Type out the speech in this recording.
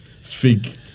fake